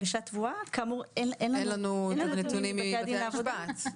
כאמור אין לנו את הנתונים מבתי הדין לעבודה,